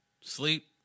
Sleep